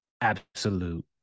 absolute